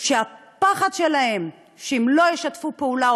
והפחד שלהן הוא שאם לא ישתפו פעולה,